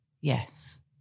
Yes